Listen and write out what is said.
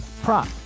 Prop